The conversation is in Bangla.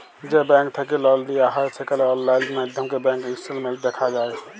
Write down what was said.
যে ব্যাংক থ্যাইকে লল লিয়া হ্যয় সেখালে অললাইল মাইধ্যমে ব্যাংক ইস্টেটমেল্ট দ্যাখা যায়